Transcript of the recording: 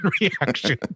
reaction